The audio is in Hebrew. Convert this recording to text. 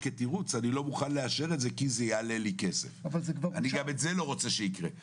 2.3 אחוזים ולא 1.7. לא 2. הממוצע לאורך זמן הוא 4.5 אחוזים.